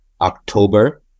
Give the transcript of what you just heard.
october